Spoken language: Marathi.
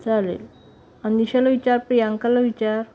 चालेल अनिशाला विचार प्रियांकाला विचार